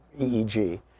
EEG